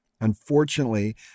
Unfortunately